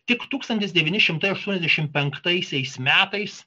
tik tūkstantis devyni šimtai aštuoniasdešimt penktaisiais metais